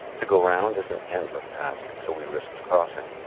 to go round is an endless task, so we risked crossing.